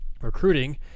recruiting